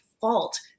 fault